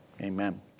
Amen